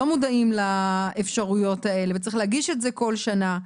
לא מודעים לאפשרויות האלה וצריך להגיש את זה כל שנה,